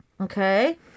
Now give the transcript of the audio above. Okay